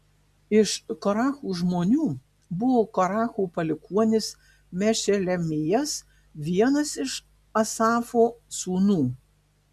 iš korachų žmonių buvo koracho palikuonis mešelemijas vienas iš asafo sūnų